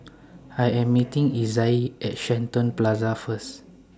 I Am meeting Izaiah At Shenton Plaza First